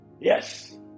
Yes